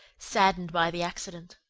saddened by the accident.